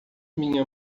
minha